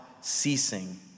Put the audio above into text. ceasing